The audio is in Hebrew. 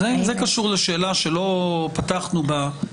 זה קשור לשאלה שלא פתחנו בה,